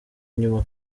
inyuma